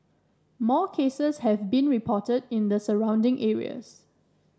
more cases have been reported in the surrounding areas